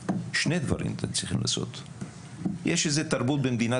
אתם צריכים לעשות שני דברים: יש איזו תרבות במדינת